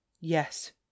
Yes